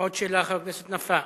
עוד שאלה, חבר הכנסת נפאע.